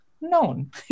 known